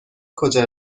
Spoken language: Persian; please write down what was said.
کجا